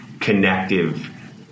connective